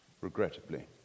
Regrettably